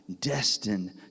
destined